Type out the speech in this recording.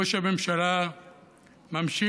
ראש הממשלה ממשיך,